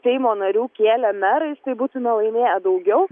seimo narių kėlę merais tai būtume laimėję daugiau